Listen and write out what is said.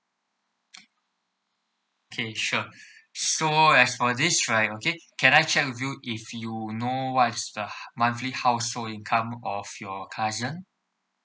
okay sure so as for this right okay can I check with you if you know what is the monthly household income of your cousin